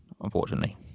unfortunately